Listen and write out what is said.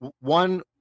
One